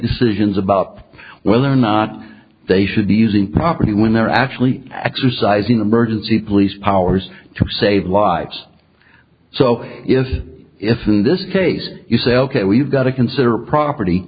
decisions about whether or not they should be using property when they're actually exercising emergency police powers to save lives so it is if in this case you say ok we've got to consider property